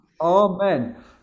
Amen